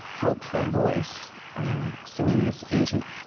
hopeful voice singing this ancient,